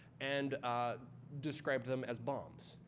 and described them as bombs,